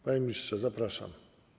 Panie ministrze, zapraszam.